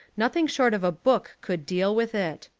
noth ing short of a book could deal with it.